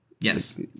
Yes